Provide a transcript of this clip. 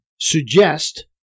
suggest